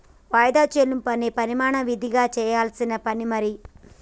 వాయిదా చెల్లింపు అనే ప్రమాణం విదిగా చెయ్యాల్సిన పని మరి